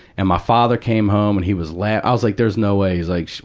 and my father came home and he was laugh i was like, there's no way. he's like, she